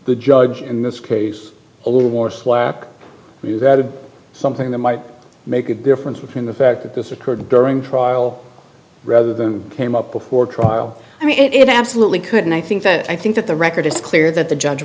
the judge in this case a little more slack we've added something that might make a difference between the fact that this occurred during trial rather than came up before trial i mean it absolutely could and i think that i think that the record is clear that the judge